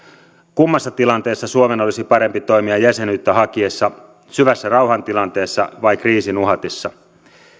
kummassa tilanteessa suomen olisi parempi toimia jäsenyyttä hakiessa syvässä rauhan tilanteessa vai kriisin uhatessa